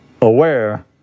aware